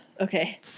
Okay